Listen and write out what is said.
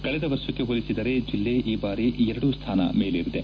ಕಳೆದ ವರ್ಷಕ್ಕೆ ಹೋಲಿಸಿದರೆ ಜಿಲ್ಲೆ ಈ ಬಾರಿ ಎರಡು ಸ್ಥಾನ ಮೇಲೇರಿದೆ